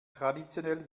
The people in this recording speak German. traditionell